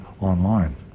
online